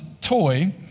toy